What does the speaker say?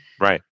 right